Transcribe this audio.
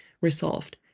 resolved